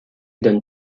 donne